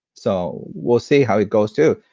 so, we'll see how it goes, too.